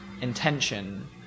intention